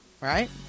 right